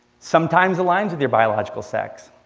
sometimes aligns with your biological sex,